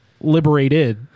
liberated